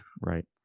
Right